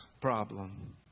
problem